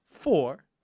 Four